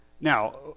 Now